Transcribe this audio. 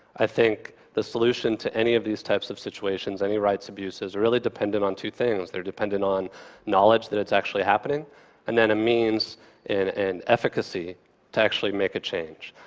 i think the solution to any of these types of situations, any rights abuses, are really dependent on two things. they're dependent on knowledge that it's actually happening and then a means and and efficacy to actually make a change.